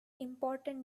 important